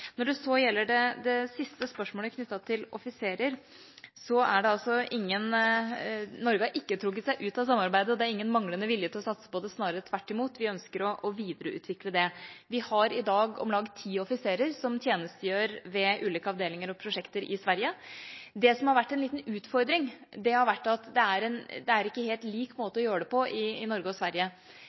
Når det så gjelder det siste spørsmålet, knyttet til offiserer, har Norge ikke trukket seg ut av samarbeidet. Det er heller ingen manglende vilje til å satse på det, svarere tvert imot, vi ønsker å videreutvikle det. Vi har i dag om lag ti offiserer som tjenestegjør ved ulike avdelinger og prosjekter i Sverige. Det som har vært en liten utfordring, er at det ikke er en helt lik måte å gjøre det på i Norge og Sverige.